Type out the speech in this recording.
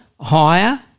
higher